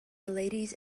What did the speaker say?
ladies